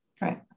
Right